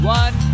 one